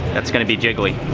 that's going to be jiggly.